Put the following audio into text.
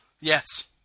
Yes